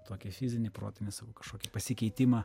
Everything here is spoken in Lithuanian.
tokį fizinį protinį savo kažkokį pasikeitimą